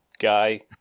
guy